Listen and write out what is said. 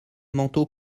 manteau